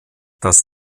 das